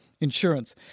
insurance